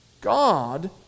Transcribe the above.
God